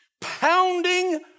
pounding